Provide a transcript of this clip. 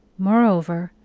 moreover,